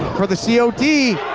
from the cod,